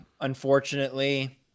unfortunately